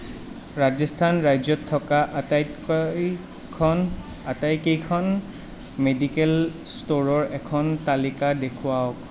ৰাজস্থান ৰাজ্যত থকা আটাইকৈইখন আটাইকেইখন মেডিকেল ষ্ট'ৰৰ এখন তালিকা দেখুৱাওক